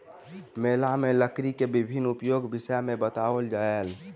मेला में लकड़ी के विभिन्न उपयोगक विषय में बताओल गेल